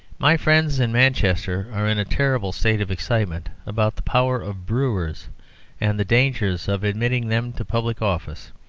my friends in manchester are in a terrible state of excitement about the power of brewers and the dangers of admitting them to public office.